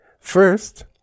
First